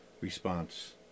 Response